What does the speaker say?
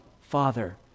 Father